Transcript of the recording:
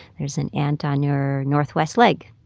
there's an ant on your northwest leg.